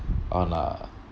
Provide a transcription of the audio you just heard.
on a